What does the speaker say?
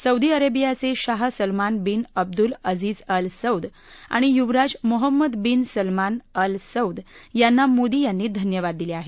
Saudi अरेबियाचे शाह Salman bin Abdul Aziz Al Saud आणि युवराज Mohammed bin Salman Al Saud यांना मोदी यांनी धन्यवाद दिले आहेत